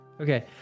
Okay